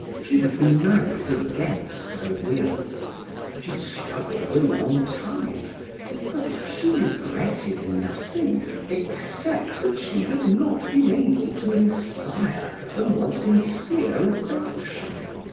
she had been married against her will she struggled a long time but she regretted nothing except that she had not been able to inspire a more sincere affection.